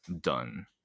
done